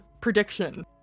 prediction